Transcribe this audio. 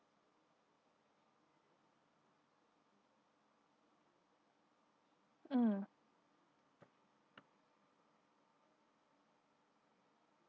mm